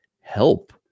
help